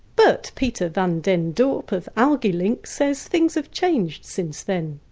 but peter van den dorpel of algae-link says things have changed since then.